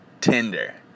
Tinder